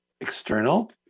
external